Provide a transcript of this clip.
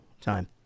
time